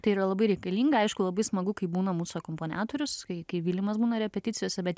tai yra labai reikalinga aišku labai smagu kai būna mūsų akompaniatorius kai vilimas būna repeticijose bet